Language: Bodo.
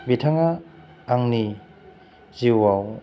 बिथाङा आंनि जिउआव